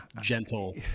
gentle